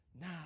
now